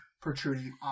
protruding